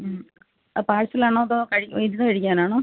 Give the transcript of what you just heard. അത് പാഴ്സലാണോ അതോ ഇരുന്ന് കഴിക്കാനാണോ